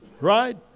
right